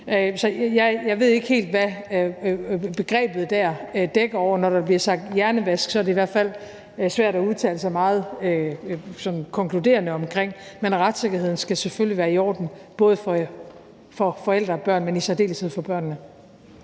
jeg ved ikke helt, hvad begrebet dér dækker over, og når der bliver sagt »hjernevask«, er det i hvert fald svært at udtale sig meget sådan konkluderende omkring det. Men retssikkerheden skal selvfølgelig være i orden både for forældre og børn, men i særdeleshed for børnene.